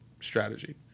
Strategy